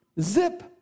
Zip